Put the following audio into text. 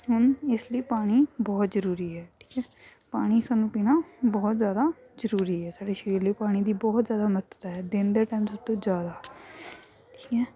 ਹਮ ਇਸ ਲਈ ਪਾਣੀ ਬਹੁਤ ਜ਼ਰੂਰੀ ਹੈ ਠੀਕ ਹੈ ਪਾਣੀ ਸਾਨੂੰ ਪੀਣਾ ਬਹੁਤ ਜ਼ਿਆਦਾ ਜ਼ਰੂਰੀ ਹੈ ਸਾਡੇ ਸਰੀਰ ਲਈ ਪਾਣੀ ਦੀ ਬਹੁਤ ਜ਼ਿਆਦਾ ਮਹੱਤਤਾ ਹੈ ਦਿਨ ਦੇ ਟਾਈਮ 'ਚ ਸਭ ਤੋਂ ਜ਼ਿਆਦਾ ਠੀਕ ਹੈ